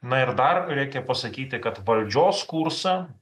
na ir dar reikia pasakyti kad valdžios kursą